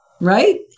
Right